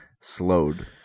slowed